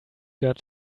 got